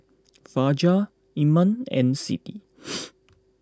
Fajar Iman and Siti